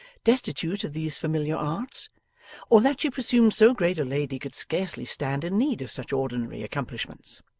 destitute of these familiar arts or that she presumed so great a lady could scarcely stand in need of such ordinary accomplishments.